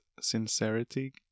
sincerity